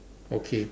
okay